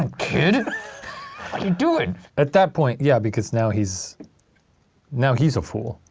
and you doin'? at that point, yeah, because now he's now he's a fool.